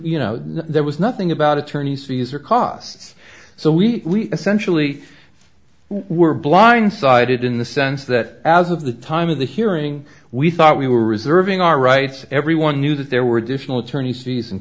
you know there was nothing about attorney's fees or costs so we essentially were blindsided in the sense that as of the time of the hearing we thought we were reserving our rights everyone knew that there were additional attorney's fees and